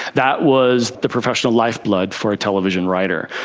that was the professional lifeblood for a television writer.